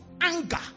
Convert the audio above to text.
anger